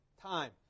time